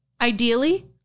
Ideally